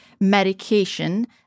Medication